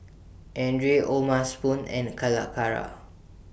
Andre O'ma Spoon and Calacara